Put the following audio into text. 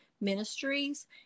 ministries